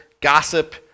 gossip